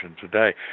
today